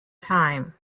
time